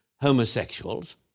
homosexuals